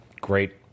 Great